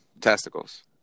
Testicles